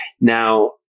now